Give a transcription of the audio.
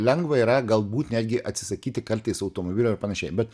lengva yra galbūt netgi atsisakyti kartais automobilio ir panašiai bet